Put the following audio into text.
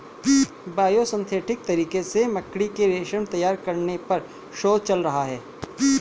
biosynthetic तरीके से मकड़ी के रेशम तैयार करने पर शोध चल रहा है